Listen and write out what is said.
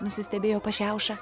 nusistebėjo pašiaušia